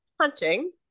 hunting